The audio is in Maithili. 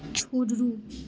छोड़ू